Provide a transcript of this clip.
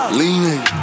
leaning